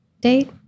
date